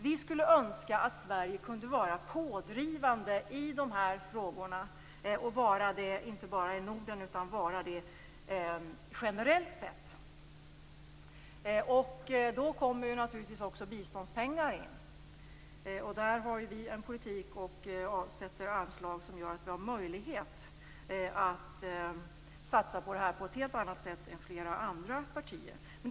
Vi skulle önska att Sverige kunde vara pådrivande i de här frågorna, inte bara i Norden utan generellt. Då kommer naturligtvis också biståndspengar in i bilden. Den politik vi står för innebär att man avsätter anslag som ger en möjlighet att satsa på den här verksamheten på ett helt annat sätt än vad som är möjligt för flera andra partier.